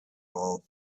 all